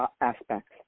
aspects